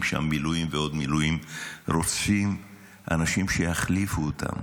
שם מילואים ועוד מילואים רוצים אנשים שיחליפו אותם.